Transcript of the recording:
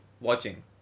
watching